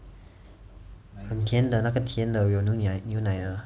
很甜的那个甜的有牛奶牛奶的啦